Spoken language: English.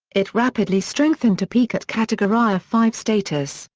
it rapidly strengthened to peak at category ah five status,